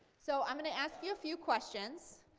so i'm going to ask you a few questions.